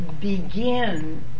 begin